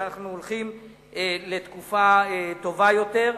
שאנחנו הולכים לתקופה טובה יותר.